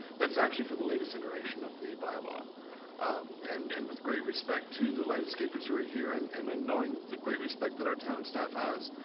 that's exactly for the latest iteration of the by law um and and with great respect to the landscapers who are ah here and and and knowing the great respect that our town staff has,